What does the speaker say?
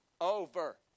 Over